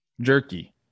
Jerky